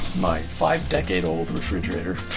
my five decade old refrigerator.